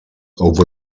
over